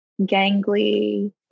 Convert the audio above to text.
gangly